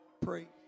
Pray